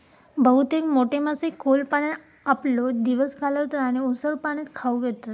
बहुतेक मोठे मासे खोल पाण्यात आपलो दिवस घालवतत आणि उथळ भागात खाऊक येतत